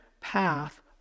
path